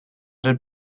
did